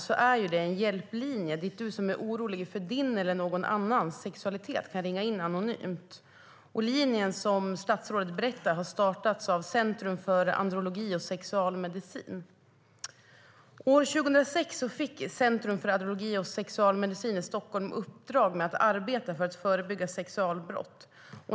Det är en hjälplinje dit den som är orolig för sin eller någon annans sexualitet kan ringa in anonymt. Som statsrådet berättade startades linjen av Centrum för Andrologi och Sexualmedicin. År 2006 fick Centrum för Andrologi och Sexualmedicin i Stockholm i uppdrag att arbeta för att förebygga sexualbrott.